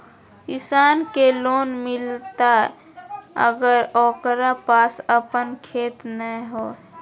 किसान के लोन मिलताय अगर ओकरा पास अपन खेत नय है?